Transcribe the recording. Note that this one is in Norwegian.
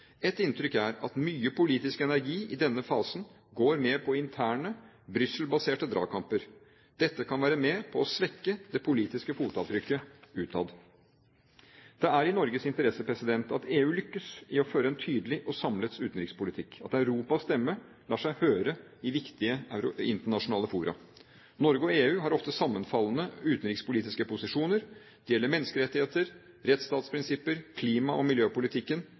Et inntrykk er at mye politisk energi i denne fasen går med til interne, Brussel-baserte dragkamper. Dette kan være med på å svekke det politiske fotavtrykket utad. Det er i Norges interesse at EU lykkes i å føre en tydelig og samlet utenrikspolitikk, at Europas stemme lar seg høre i viktige internasjonale fora. Norge og EU har ofte sammenfallende utenrikspolitiske posisjoner – det gjelder menneskerettigheter, rettstatsprinsipper, klima- og miljøpolitikken